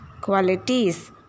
qualities